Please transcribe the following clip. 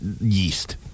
yeast